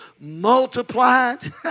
multiplied